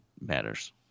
matters